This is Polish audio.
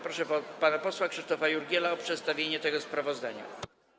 Proszę pana posła Krzysztofa Jurgiela o przedstawienie tego sprawozdania.